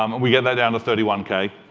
um we get that down to thirty one k.